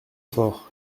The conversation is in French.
fort